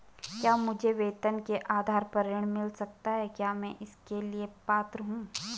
क्या मुझे वेतन के आधार पर ऋण मिल सकता है क्या मैं इसके लिए पात्र हूँ?